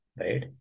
right